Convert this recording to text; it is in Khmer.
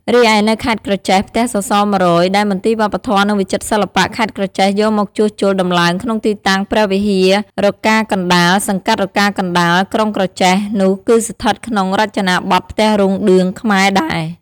រីឯនៅខេត្តក្រចេះ ផ្ទះសសរ ១០០ ដែលមន្ទីរវប្បធម៌និងវិចិត្រសិល្បៈខេត្តក្រចេះយកមកជួសជុលដំឡើងក្នុងទីតាំងព្រះវិហាររកាកណ្ដាល សង្កាត់រកាកណ្ដាល ក្រុងក្រចេះ នោះក៏ស្ថិតក្នុងរចនាបថផ្ទះរោងឌឿងខ្មែរដែរ។